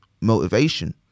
motivation